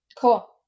Cool